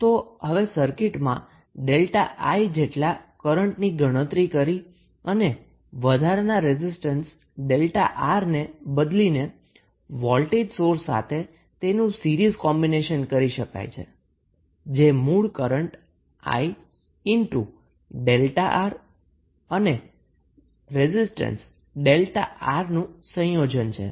તો હવે સર્કીટમાં 𝛥𝐼 જેટલા કરન્ટની ગણતરી કરી અને વધારાના રેઝિસ્ટન્સ 𝛥𝑅 ને બદલીને વોલ્ટેજ સોર્સ સાથે તેનું સીરીઝ કોમ્બીનેશન કરી શકાય છે જે મૂળ કરન્ટ 𝐼∗𝛥𝑅 અને રેઝિસ્ટન્સ 𝛥𝑅 નું સંયોજન છે